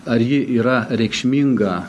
ar ji yra reikšminga